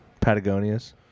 Patagonias